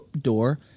door